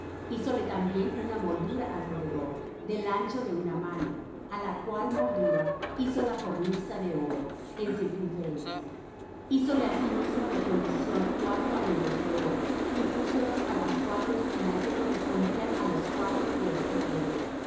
derredor hízole también una moldura alrededor del ancho de una mano á la cual moldura hizo la cornisa de oro en circunferencia hízole asimismo de fundición cuatro anillos de oro y púsolos á las cuatro esquinas que correspondían á los cuatro pies de ella